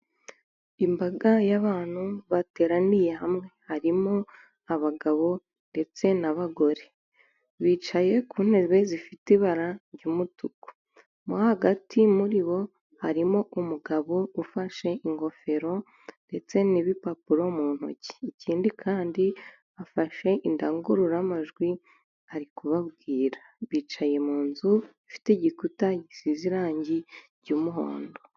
Imbaga y'abantu bateraniye hamwe, harimo abagabo ndetse n'abagore, bicaye ku ntebe zifite ibara ry'umutuku, mo hagati muri bo harimo umugabo ufashe ingofero ndetse n'ibipapuro mu ntoki, ikindi kandi afashe indangururamajwi ari kubabwira, bicaye mu nzu ifite igikuta gisize irangi cy'umuhondo.